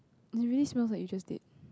it really smells like you just did